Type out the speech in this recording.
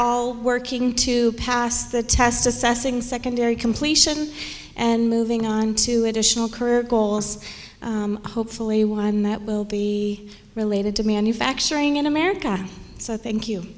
all working to pass the test assessing secondary completion and moving on to additional career goals hopefully one that will be related to manufacturing in america so thank you